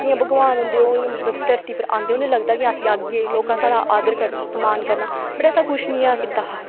कि इ'यां भगवान होंदे उनेंगी मतलब अस धरती पर आंदे ते उ'नेंगी लगदा कि अस आहगे लोकें साढ़ा आदर करना सम्मान करना बट ऐसा कुछ नेईं ऐ कीता हा